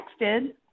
texted